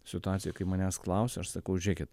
situacijoj kai manęs klausia aš sakau žiūrėkit